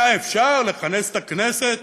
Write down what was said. היה אפשר לכנס את הכנסת